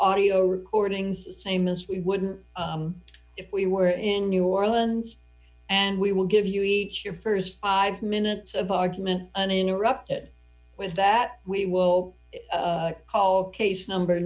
audio recordings the same as we wouldn't if we were in new orleans and we will give you each your st five minutes of argument uninterrupted with that we will call case number